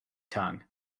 tongue